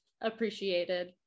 appreciated